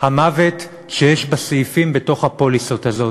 המוות שיש בסעיפים בתוך הפוליסות האלה.